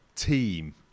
team